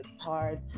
hard